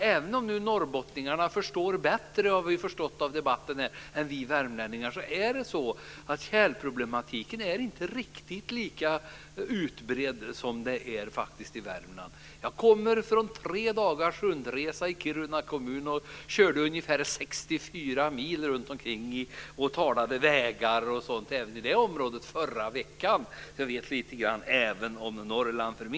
Även om nu norrbottningarna, som vi har förstått av debatten här, förstår bättre än vi värmlänningar så är inte tjälproblematiken riktigt lika utbredd i Norrbotten som i Värmland. Jag kommer just från tre dagars rundresa i Kiruna kommun i förra veckan, där jag har kört omkring i ungefär 64 mil och talat om vägar osv. i området. Jag för min del vet alltså lite grann även om Norrland.